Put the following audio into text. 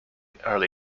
early